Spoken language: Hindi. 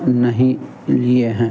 नहीं लिए हैं